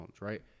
right